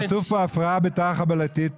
כתוב פה הפרעה בתר-חבלתית,